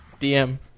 DM